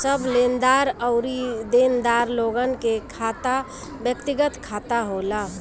सब लेनदार अउरी देनदार लोगन के खाता व्यक्तिगत खाता होला